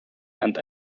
and